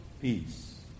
peace